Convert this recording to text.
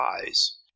eyes